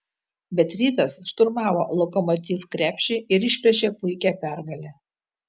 bet rytas šturmavo lokomotiv krepšį ir išplėšė puikią pergalę